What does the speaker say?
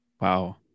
Wow